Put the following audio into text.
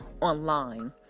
online